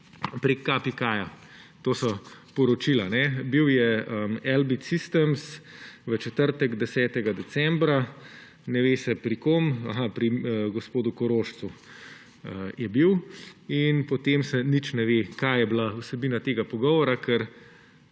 prek KPK, to so poročila. Bil je Elbit Systems v četrtek, 10. decembra, ne ve se, pri kom. Aha, pri gospodu Korošcu je bil, potem se pa nič ne ve, kaj je bila vsebina tega pogovora, ker